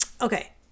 okay